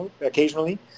occasionally